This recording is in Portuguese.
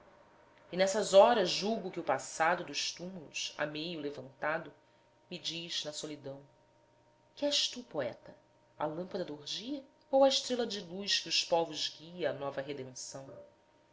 e nessas horas julgo que o passado dos túmulos a meio levantado me diz na solidão que és tu poeta a lâmpada da orgia ou a estrela de luz que os povos guia à nova redenção